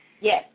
Yes